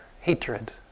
hatred